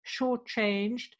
shortchanged